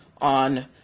on